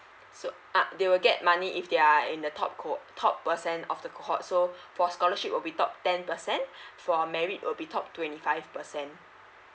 so uh they will get money if they are in the top co top percent of the cohort so for scholarship will be top ten percent for merit will be top twenty five percent